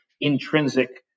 intrinsic